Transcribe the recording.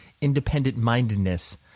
independent-mindedness